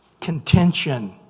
contention